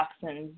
toxins